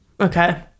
Okay